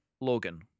Logan